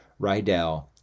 Rydell